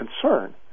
concern